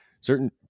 certain